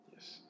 Yes